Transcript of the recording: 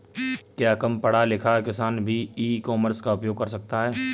क्या कम पढ़ा लिखा किसान भी ई कॉमर्स का उपयोग कर सकता है?